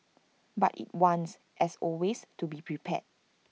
but IT wants as always to be prepared